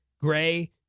Gray